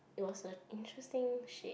it was a interesting shape